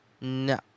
No